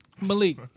Malik